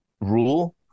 rule